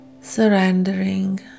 surrendering